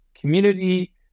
community